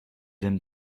aiment